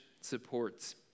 supports